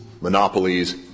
monopolies